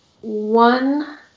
one